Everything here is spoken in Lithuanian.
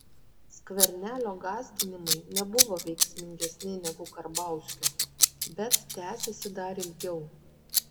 skvernelio gąsdinimai nebuvo veiksmingesni negu karbauskio bet tęsėsi dar ilgiau